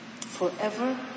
Forever